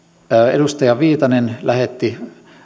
edustaja viitanen lähetti